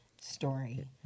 story